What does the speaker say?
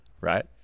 right